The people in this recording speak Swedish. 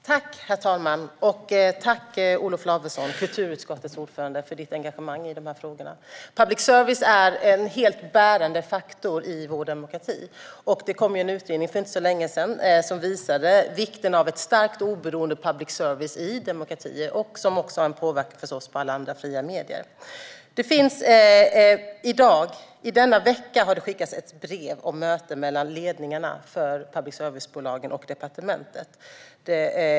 Herr talman! Jag tackar Olof Lavesson, kulturutskottets ordförande, för hans engagemang i dessa frågor. Public service är en bärande faktor i vår demokrati. Det kom en utredning för inte så länge sedan som visade på vikten av stark och oberoende public service i demokratin. Public service har förstås också påverkan på alla andra fria medier. Denna vecka har det skickats ett brev om möte mellan ledningarna för public service-bolagen och departementet.